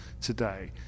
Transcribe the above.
today